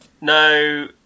no